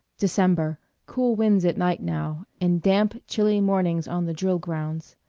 december. cool winds at night now, and damp, chilly mornings on the drill-grounds.